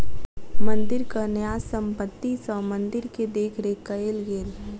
मंदिरक न्यास संपत्ति सॅ मंदिर के देख रेख कएल गेल